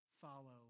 follow